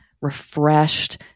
refreshed